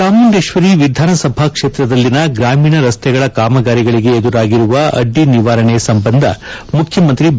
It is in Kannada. ಚಾಮುಂಡೇಶ್ವರಿ ವಿಧಾನಸಭಾ ಕ್ಷೇತ್ರದಲ್ಲಿನ ಗ್ರಾಮೀಣ ರಸ್ತೆಗಳ ಕಾಮಗಾರಿಗಳಿಗೆ ಎದುರಾಗಿರುವ ಅಡ್ಡಿ ನಿವಾರಣೆ ಸಂಬಂಧ ಮುಖ್ಯಮಂತ್ರಿ ಬಿ